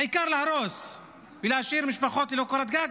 העיקר להרוס ולהשאיר משפחות ללא קורת גג